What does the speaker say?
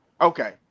okay